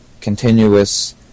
continuous